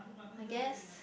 I guess